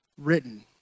written